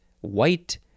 white